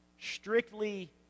strictly